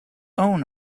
own